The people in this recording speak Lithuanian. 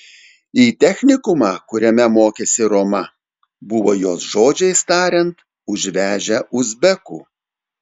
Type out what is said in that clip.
į technikumą kuriame mokėsi roma buvo jos žodžiais tariant užvežę uzbekų